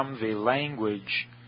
language